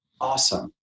awesome